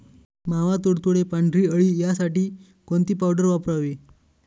मावा, तुडतुडे, पांढरी अळी यासाठी कोणती पावडर वापरावी?